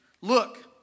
Look